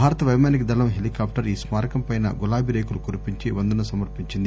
భారత వైమానిక దళం హెలికాప్టర్ ఈ స్మారకంపై గులాబీ రేకులు కురిపించి వందనం సమర్పించింది